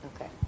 okay